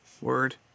Word